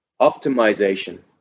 optimization